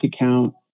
account